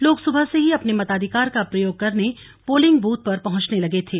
लोग सुबह से ही अपने मताधिकार का प्रयोग करने पोलिंग ब्रथ पर पहुंचने लगे थे